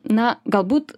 na galbūt